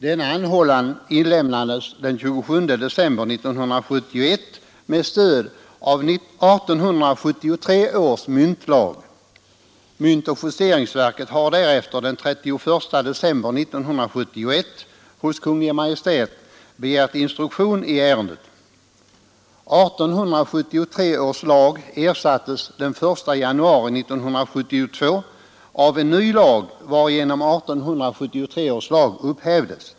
Denna anhållan inlämnades den 27 december 1971 med stöd av 1873 års myntlag. 1873 års lag ersattes den 1 januari 1972 av en ny lag varigenom 1873 års lag upphävdes.